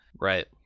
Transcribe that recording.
Right